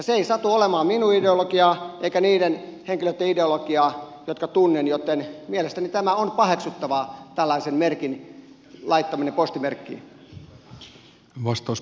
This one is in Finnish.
se ei satu olemaan minun ideologiaani eikä niiden henkilöitten ideologiaa jotka tunnen joten mielestäni on paheksuttavaa tällaisen merkin laittaminen postimerkkiin